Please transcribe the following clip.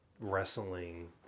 wrestling